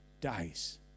dies